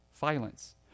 violence